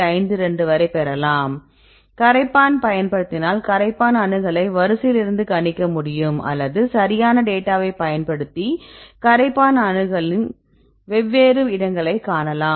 52 வரை பெறலாம் கரைப்பான் பயன்படுத்தினால் கரைப்பான் அணுகலை வரிசையிலிருந்து கணிக்க முடியும் அல்லது சரியான டேட்டாவை பயன்படுத்தி கரைப்பான் அணுகளின் வெவ்வேறு இடங்களை காணலாம்